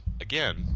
again